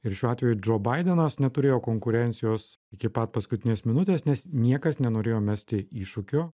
ir šiuo atveju džo baidenas neturėjo konkurencijos iki pat paskutinės minutės nes niekas nenorėjo mesti iššūkio